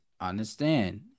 understand